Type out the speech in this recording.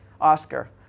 Oscar